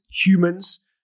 humans